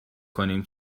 کنیم